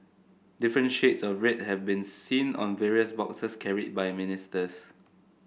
different shades of red have been seen on various boxes carried by ministers